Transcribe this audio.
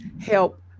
help